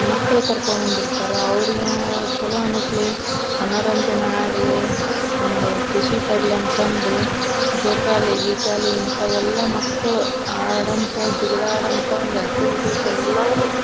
ಮಕ್ಕಳು ಕರ್ಕೋ ಬಂದಿರ್ತಾರೆ ಅವರಿಗೆ ಮ ಛಲೋ ಅನ್ನಿಸ್ಲಿ ಮನೋರಂಜನೆ ಆಗಲಿ ಒಂದು ಖುಷಿಪಡಲಿ ಅಂತಂದು ಜೋಕಾಲಿ ಗೀಕಾಲಿ ಇಂಥವೆಲ್ಲ ಮಕ್ಕಳು ಆಡುವಂಥ ಜಿಗಿದಾಡುವಂಥ ಒಂದು ಆ್ಯಕ್ಟಿವಿಟೀಸ್ ಎಲ್ಲವೂ